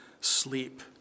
sleep